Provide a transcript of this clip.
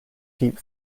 keep